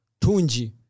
Tunji